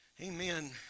Amen